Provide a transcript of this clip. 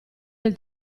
del